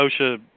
OSHA